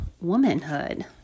womanhood